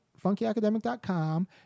funkyacademic.com